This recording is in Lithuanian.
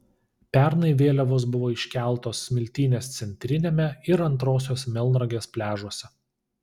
pernai vėliavos buvo iškeltos smiltynės centriniame ir antrosios melnragės pliažuose